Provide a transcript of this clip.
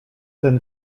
ten